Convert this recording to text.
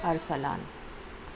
Arsalan